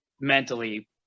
mentally